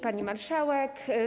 Pani Marszałek!